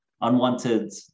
unwanted